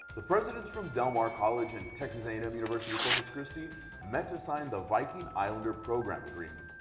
the presidents from del mar college and texas a and m university-corpus christi met to sign the viking islander program agreement.